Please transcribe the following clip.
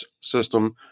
system